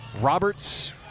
Roberts